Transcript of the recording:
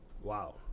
Wow